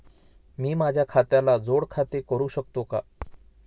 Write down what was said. मी माझ्या खात्याला जोड खाते करू शकतो का?